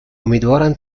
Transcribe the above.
امیدوارم